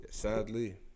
Sadly